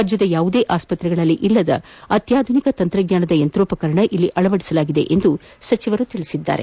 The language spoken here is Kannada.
ರಾಜ್ಯದ ಯಾವುದೇ ಆಸ್ಪತ್ರೆಗಳಲ್ಲಿ ಇಲ್ಲದ ಅತ್ಯಾಧುನಿಕ ತಂತ್ರಜ್ವಾನದ ಯಂತ್ರೋಪಕರಣಗಳನ್ನು ಇಲ್ಲಿ ಅಳವಡಿಸಲಾಗಿದೆ ಎಂದು ಸಚಿವರು ಹೇಳಿದರು